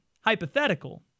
hypothetical